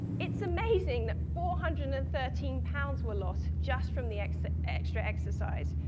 it's amazing that four hundred and thirteen lbs were lost just from the extra extra exercise.